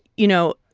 you know,